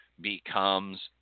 becomes